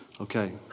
Okay